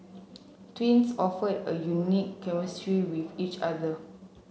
twins often a unique chemistry with each other